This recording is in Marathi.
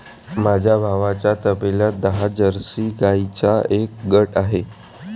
माझ्या भावाच्या तबेल्यात दहा जर्सी गाईंचा एक गट आहे